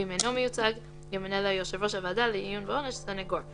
ואם אינו מיוצג ימנה לו יושב ראש הוועדה לעיון בעונש סניגור,